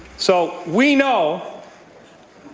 so we know